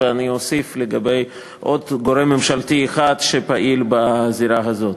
ואני אוסיף לגבי עוד גורם ממשלתי אחד שהוא פעיל בזירה הזאת.